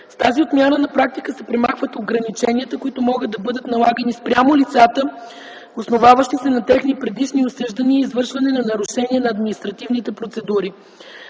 С тази отмяна на практика се премахват ограниченията, които могат да бъдат налагани спрямо лицата, основаващи се на техни предишни осъждания и извършване на нарушения на административните процедури.